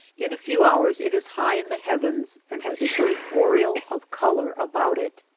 in a few hours it is high in the heavens and has a great aureole of color about it.